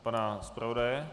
Pana zpravodaje?